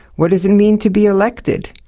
what does it mean to be elected?